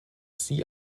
sie